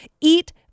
Eat